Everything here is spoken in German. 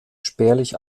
spärlich